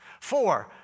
Four